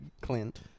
Clint